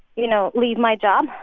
you know, leave my job.